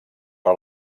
per